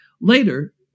Later